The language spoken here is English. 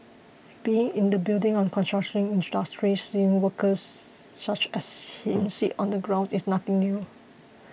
being in the building and construction industry seeing workers such as him sit on the ground is nothing new